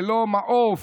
ללא מעוף,